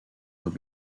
will